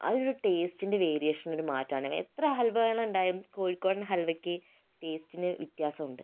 അത് ഒരു ടെസ്റ്റിൻ്റെ വേരിയേഷൻ ഒരു മാറ്റം ആണ് എത്ര ഹൽവകൾ ഉണ്ടായാലും കോഴിക്കോടൻ ഹൽവക്ക് ടെസ്റ്റിന് വ്യത്യാസം ഉണ്ട്